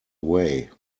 way